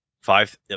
five